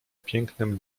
pięknym